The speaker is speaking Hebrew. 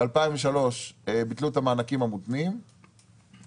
ב-2003 ביטלו את המענקים המותנים,